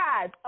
guys